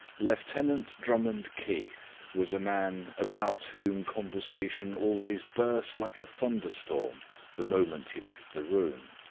lieutenant drummond keith was a man about whom conversation always burst like a thunderstorm the moment he left the room.